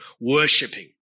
worshipping